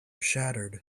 shattered